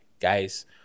guys